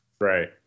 Right